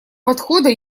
подхода